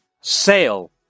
sale